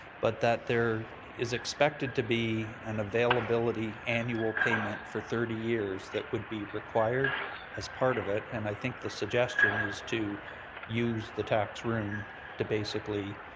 but that there is expected to be an availability annual payment for thirty years that would be required as part of it and i think the suggestion is to use the tax room to basically